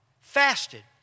Fasted